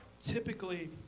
Typically